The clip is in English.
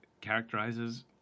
characterizes